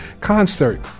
concert